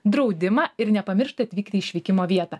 draudimą ir nepamiršt atvykti į išvykimo vietą